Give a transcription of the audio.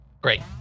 Great